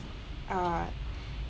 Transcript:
uh